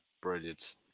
Brilliant